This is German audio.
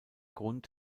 grund